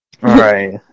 Right